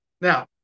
Now